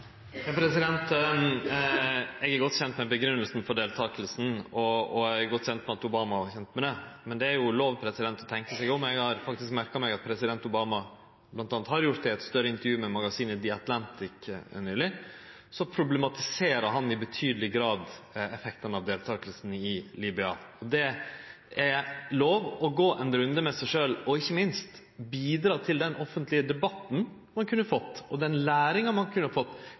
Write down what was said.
Eg er godt kjend med grunngjevinga for deltakinga, og eg er godt kjend med at Obama er kjend med det, men det er lov å tenkje seg om. Eg har faktisk merka meg at president Obama bl.a. har gjort eit større intervju med magasinet The Atlantic nyleg, der han i betydeleg grad problematiserer effekten av deltakinga i Libya. Det er lov å gå ein runde med seg sjølv og ikkje minst bidra til den offentlege debatten ein kunne fått, og den læringa ein kunne fått,